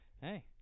Hey